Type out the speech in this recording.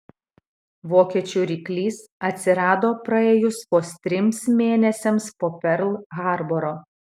vokiečių ryklys atsirado praėjus vos trims mėnesiams po perl harboro